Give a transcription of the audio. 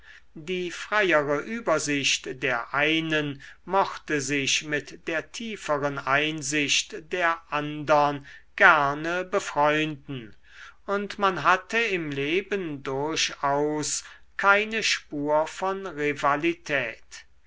die freiere übersicht der einen mochte sich mit der tieferen einsicht der andern gerne befreunden und man hatte im leben durchaus keine spur von rivalität